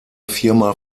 viermal